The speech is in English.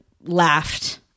laughed